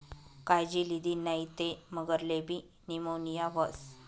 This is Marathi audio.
कायजी लिदी नै ते मगरलेबी नीमोनीया व्हस